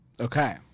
Okay